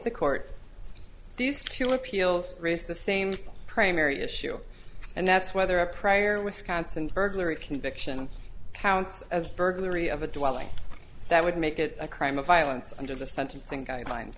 the court these two look peals raised the same primary issue and that's whether a prior wisconsin burglary conviction counts as burglary of a dwelling that would make it a crime of violence under the sentencing guidelines